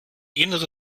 innere